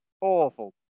Awful